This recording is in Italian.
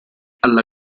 alla